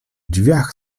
drzwiach